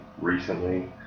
recently